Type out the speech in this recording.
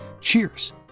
Cheers